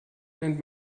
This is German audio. nennt